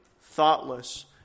thoughtless